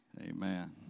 Amen